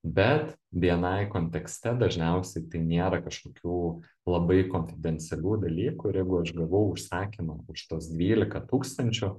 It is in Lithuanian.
bet bni kontekste dažniausiai tai nėra kažkokių labai konfidencialių dalykų ir jeigu aš gavau užsakymą už tuos dvylika tūkstančių